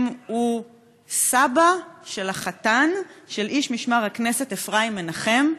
הוא סבא של החתן של איש משמר הכנסת אפרים מנחם,